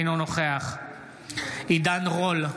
אינו נוכח עידן רול,